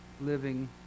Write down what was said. living